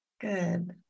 Good